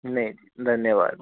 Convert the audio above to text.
नहीं धन्यवाद